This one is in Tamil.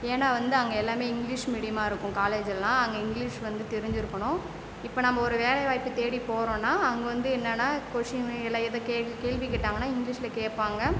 ஏன்னா வந்து அங்கே எல்லாமே இங்கிலீஷ் மீடியமாக இருக்கும் காலேஜுலலாம் அங்கே இங்கிலீஷ் வந்து தெரிஞ்சுருக்கணும் இப்போ நம்ப ஒரு வேலைவாய்ப்பு தேடி போகறோன்னா அங்கே வந்து என்னென்னா கொஸினு இல்லை எதுவும் கேள்வி கேள்வி கேட்டாங்கன்னா இங்கிலீஷில் கேட்பாங்க